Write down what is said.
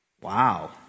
Wow